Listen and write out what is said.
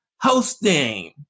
hosting